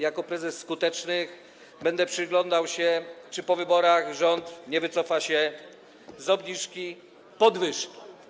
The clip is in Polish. Jako prezes Skutecznych będę przyglądał się, czy po wyborach rząd nie wycofa się z obniżki podwyżki.